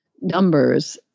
numbers